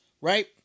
right